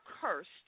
cursed